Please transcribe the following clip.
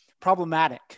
problematic